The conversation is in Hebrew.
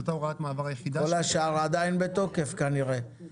כנראה כל השאר עדיין בתוקף.